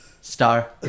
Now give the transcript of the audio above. star